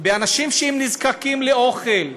באנשים שנזקקים לאוכל.